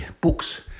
books